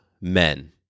men